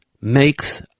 makes